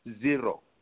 Zero